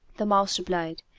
the mouse replied,